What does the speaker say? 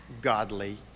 godly